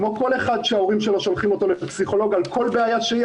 כמו כל אחד שההורים שלו שולחים אותו לפסיכולוג על כל בעיה שהיא,